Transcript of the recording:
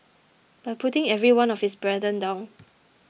by putting every one of his brethren down